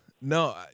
No